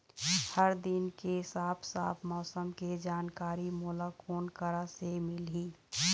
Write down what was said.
हर दिन के साफ साफ मौसम के जानकारी मोला कोन करा से मिलही?